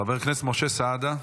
חבר הכנסת משה סעדה,